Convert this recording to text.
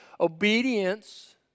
obedience